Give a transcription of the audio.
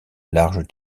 larges